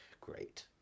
Great